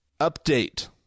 Update